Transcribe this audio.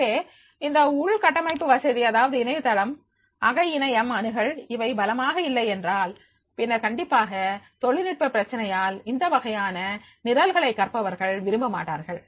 எனவே இந்த உள்கட்டமைப்பு வசதி அதாவது இணையதளம் அக இணையம் அணுகல் இவை பலமாக இல்லை என்றால் பின்னர் கண்டிப்பாக தொழில்நுட்ப பிரச்சினைகளால் இந்த வகையான நிரல்களை கற்பவர்கள் விரும்ப மாட்டார்கள்